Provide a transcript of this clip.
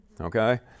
Okay